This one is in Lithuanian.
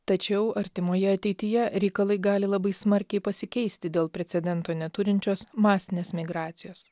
tačiau artimoje ateityje reikalai gali labai smarkiai pasikeisti dėl precedento neturinčios masinės migracijos